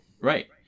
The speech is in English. right